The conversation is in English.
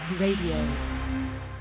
Radio